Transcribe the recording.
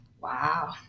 Wow